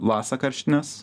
lasa karštinės